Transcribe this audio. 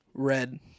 Red